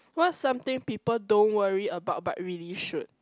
what's something people don't worry about but really should